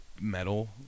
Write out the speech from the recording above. metal